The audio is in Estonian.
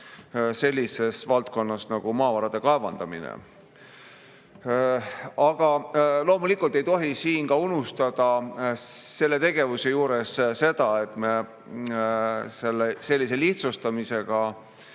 sellises valdkonnas nagu maavarade kaevandamine. Aga loomulikult ei tohi selle tegevuse juures unustada seda, et me sellise lihtsustamisega